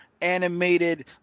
animated